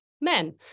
men